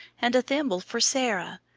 and a thimble for sarah,